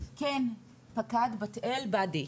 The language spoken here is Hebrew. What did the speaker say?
פקד בתאל באדי.